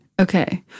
Okay